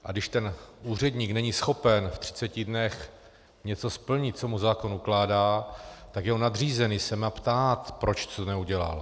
A když ten úředník není schopen ve 30 dnech něco splnit, co mu zákon ukládá, tak jeho nadřízený se má ptát: Proč jsi to neudělal?